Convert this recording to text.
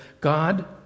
God